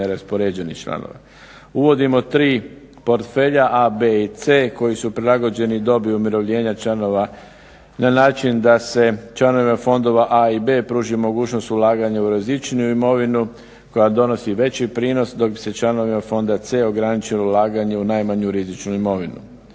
Uvodimo tri portfelja A, B i C koji su prilagođeni dobi umirovljenja članova na način da se članovima fondova A i B pruži mogućnost ulaganja u rizičniju imovinu koja donosi veći prinos dok bi se članovima fonda C ograničilo ulaganje u najmanju rizičnu imovinu.